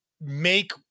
make –